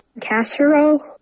casserole